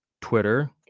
Twitter